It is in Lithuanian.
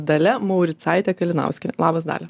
dalia mauricaite kalinauskiene labas dalia